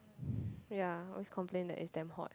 ya I was complain the extend hot